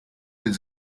its